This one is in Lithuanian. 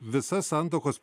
visa santuokos